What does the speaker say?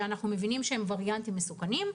שאנחנו מבינים שהם וריאנטים מסוכנים.